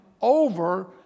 over